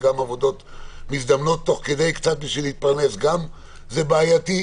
שגם קצת עבודות מזדמנות תוך כדי בשביל להתפרנס גם זה בעייתי,